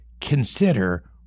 consider